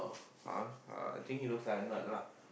uh I think he looks like a nerd lah